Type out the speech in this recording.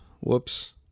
whoops